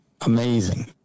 Amazing